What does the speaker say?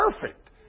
perfect